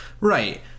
Right